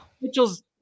mitchell's